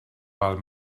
pel